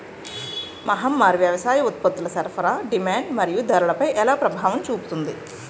మహమ్మారి వ్యవసాయ ఉత్పత్తుల సరఫరా డిమాండ్ మరియు ధరలపై ఎలా ప్రభావం చూపింది?